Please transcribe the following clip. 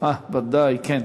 ודאי, כן.